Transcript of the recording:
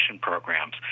programs